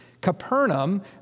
Capernaum